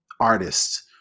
artists